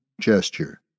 gesture